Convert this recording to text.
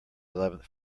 eleventh